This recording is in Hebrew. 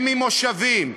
הם ממושבים,